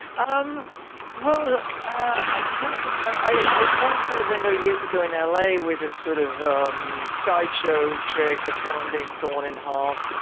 um well, i tell you, i once did a window years ago in l a. with a sort of um sideshow trick of someone being sworn in half.